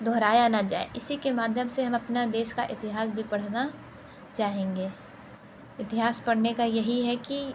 दोबारा दोहराया न जाए इसी के माध्यम से हम अपना देश का इतिहास भी पढ़ना चाहेंगे इतिहास पढ़ने का यही है कि